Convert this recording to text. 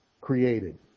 created